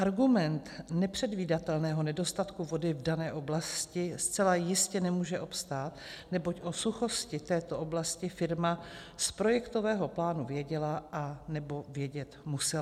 Argument nepředvídatelného nedostatku vody v dané oblasti zcela jistě nemůže obstát, neboť o suchosti této oblasti firma z projektového plánu věděla, anebo vědět musela.